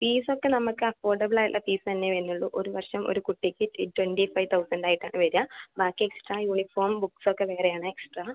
fees ഒക്കെ നമ്മൾക്ക് affordable ആയിട്ടുള്ള ഫീസ് തന്നെയെ വരുന്നുള്ളൂ ഒരു വർഷം ഒരു കുട്ടിക്ക് ട്വൻ്റി ഫൈവ് തൗസൻ്റ് ആയിട്ട് ആണ് വരിക ബാക്കി എക്സ്ട്രാ യൂണിഫോം ബുക്ക്സ് ഒക്കെ വേറെയാണ് എക്സ്ട്രാ